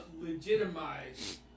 legitimize